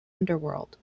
underworld